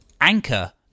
anchor